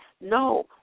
No